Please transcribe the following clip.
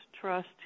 trust